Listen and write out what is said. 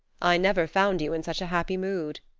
i never found you in such a happy mood.